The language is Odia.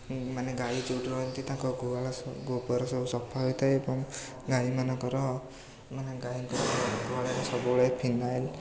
ମାନେ ଗାଈ ଯେଉଁଠି ରୁହନ୍ତି ତାଙ୍କ ଗୁହାଳ ଗୋବର ସବୁ ସଫା ହୋଇଥାଏ ଏବଂ ଗାଈମାନଙ୍କର ମାନେ ଗାଈଙ୍କ ଗୁହାଳେ ସବୁବେଳେ ଫିନାଇଲ